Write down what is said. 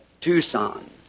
Tucson